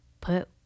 put